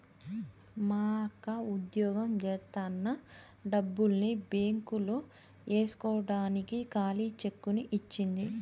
మా అక్క వుద్యోగం జేత్తన్న డబ్బుల్ని బ్యేంకులో యేస్కోడానికి ఖాళీ చెక్కుని ఇచ్చింది